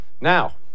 now